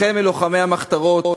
החל מלוחמי המחתרות,